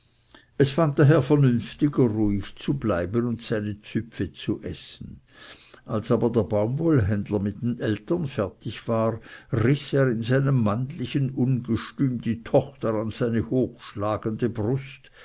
es fand daher vernünftiger ruhig zu bleiben und seine züpfe zu essen als aber der baumwollenhändler mit den eltern fertig war riß er in seinem männlichen ungestüm die tochter an seine hochschlagende brust